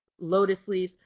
lotus leaves.